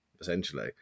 essentially